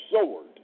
sword